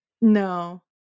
No